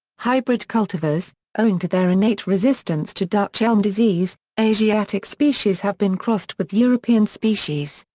hybrid cultivars owing to their innate resistance to dutch elm disease, asiatic species have been crossed with european species,